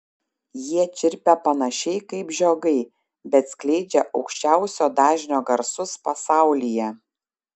jie čirpia panašiai kaip žiogai bet skleidžia aukščiausio dažnio garsus pasaulyje